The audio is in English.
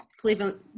Cleveland